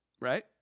right